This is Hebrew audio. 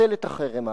לחסל את החרם הערבי,